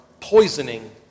poisoning